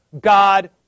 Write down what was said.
God